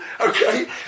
okay